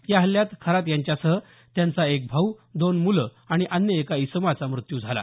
या हल्ल्यात खरात यांच्यासह त्यांचा एक भाऊ दोन मुले आणि अन्य एका इसमाचा मृत्यू झाला